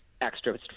extra